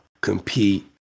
compete